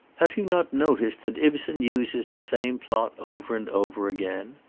have you not noticed that ibsen uses the same plot over and over again?